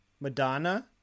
Madonna